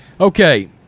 Okay